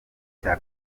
cya